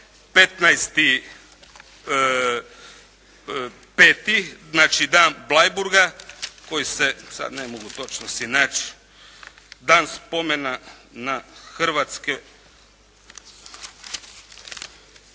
15.5., znači Dan Bleiburga koji se, sad ne mogu točno si naći, dan spomena na hrvatske,